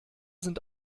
sind